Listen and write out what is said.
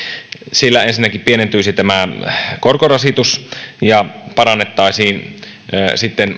sillä ensinnäkin pienentyisi korkorasitus ja parannettaisiin sitten